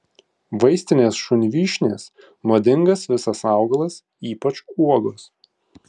vaistinės šunvyšnės nuodingas visas augalas ypač uogos